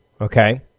Okay